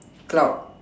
cloud